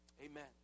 Amen